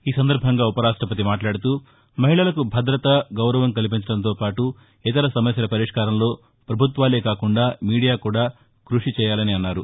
ఈ సందర్భంగా ఉపరాష్టపతి మాట్లాడుతూ మహిళలకు భదత గౌరవం కల్పించడంతో పాటు ఇతర సమస్యల పరిష్కారంలో ప్రభుత్వాలే కాకుండా మీడియా కూడా క్బషి చేయాలన్నారు